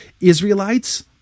Israelites